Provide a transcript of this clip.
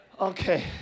Okay